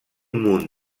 munt